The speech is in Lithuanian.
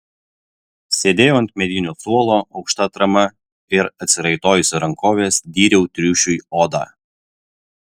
sėdėjau ant medinio suolo aukšta atrama ir atsiraitojusi rankoves dyriau triušiui odą